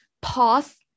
pause